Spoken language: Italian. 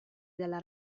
della